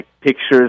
pictures